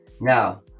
now